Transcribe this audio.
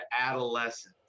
adolescents